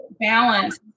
balance